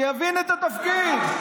שיבין את התפקיד.